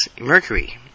mercury